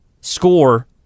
score